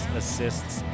assists